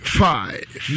five